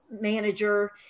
manager